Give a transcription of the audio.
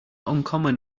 uncommon